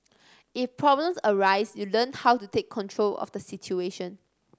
if problems arise you learn how to take control of the situation